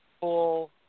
full